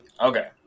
Okay